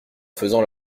faisant